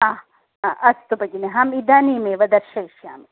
हा हा अस्तु बगिनी अहम् इदानीमेव दर्शयिष्यामि